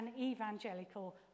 evangelical